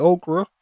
Okra